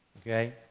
Okay